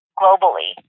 globally